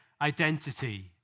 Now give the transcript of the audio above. identity